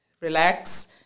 relax